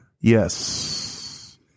Yes